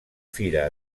fira